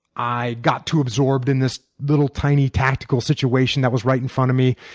i got too absorbed in this little tiny tactical situation that was right in front of me.